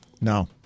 No